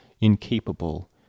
incapable